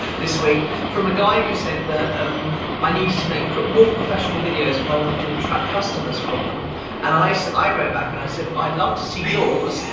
this week from a guy who said that um i need to make more professional videos if i wanted to attract customers from them. and i so i wrote back and i said, well, i'd love to see yours,